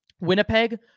Winnipeg